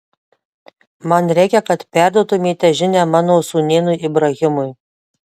man reikia kad perduotumėte žinią mano sūnėnui ibrahimui